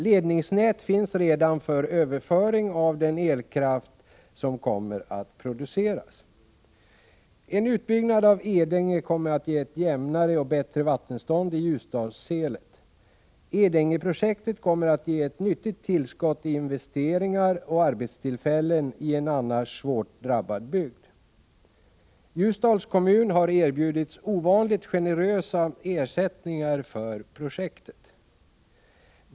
Ledningsnät finns redan för överföring av den elkraft som kommer att produceras. En utbyggnad av Edänge kommer att ge ett jämnare och bättre vattenstånd i Ljusdalsselet. Edängeprojektet kommer att ge ett nyttigt tillskott i investeringar och arbetstillfällen i en annars svårt drabbad bygd. Ljusdals kommun har erbjudits ovanligt generösa ersättningar för projektet.